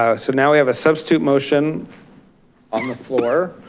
ah so now we have a substitute motion on the floor.